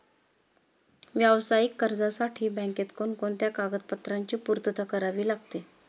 व्यावसायिक कर्जासाठी बँकेत कोणकोणत्या कागदपत्रांची पूर्तता करावी लागते?